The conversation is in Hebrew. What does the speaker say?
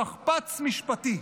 שכפ"ץ משפטי.